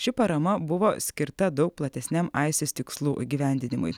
ši parama buvo skirta daug platesniam aisis tikslų įgyvendinimui